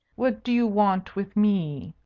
what do you want with me?